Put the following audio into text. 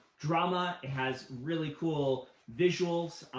drama. it has really cool visuals,